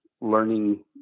learning